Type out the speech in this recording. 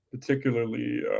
Particularly